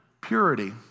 purity